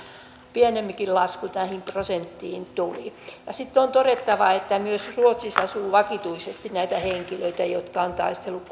pienempikin lasku tähän prosenttiin tuli sitten on on todettava että myös ruotsissa asuu vakituisesti näitä henkilöitä jotka ovat taistelleet